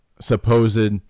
supposed